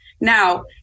Now